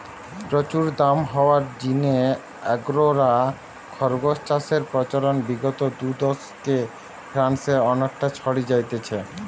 প্রচুর দাম হওয়ার জিনে আঙ্গোরা খরগোস চাষের প্রচলন বিগত দুদশকে ফ্রান্সে অনেকটা ছড়ি যাইচে